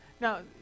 now